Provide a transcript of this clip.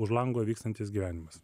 už lango vykstantis gyvenimas